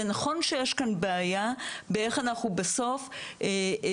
זה נכון שיש כאן בעיה איך אנחנו בסוף מוכרים